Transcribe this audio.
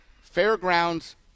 Fairgrounds